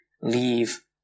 leave